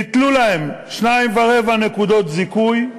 ביטלו להם 2.25 נקודות זיכוי.